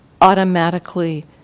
automatically